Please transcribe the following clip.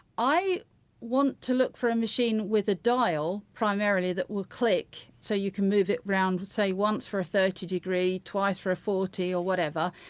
i want to look for a machine with a dial, primarily, that will click, so you can move it round say once for a thirty degree, twice for a forty or whatever.